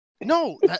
No